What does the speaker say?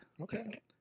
Okay